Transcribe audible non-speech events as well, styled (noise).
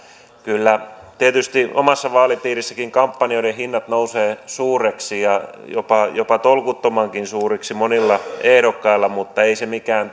kyllä tietysti omassa vaalipiirissänikin kampanjoiden hinnat nousevat suuriksi ja jopa jopa tolkuttomankin suuriksi monilla ehdokkailla mutta ei se mikään (unintelligible)